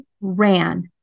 ran